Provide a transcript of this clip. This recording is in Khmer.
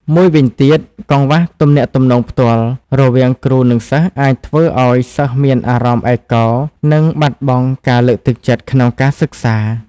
មួយវិញទៀត កង្វះទំនាក់ទំនងផ្ទាល់ រវាងគ្រូនិងសិស្សអាចធ្វើឱ្យសិស្សមានអារម្មណ៍ឯកោនិងបាត់បង់ការលើកទឹកចិត្តក្នុងការសិក្សា។